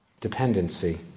dependency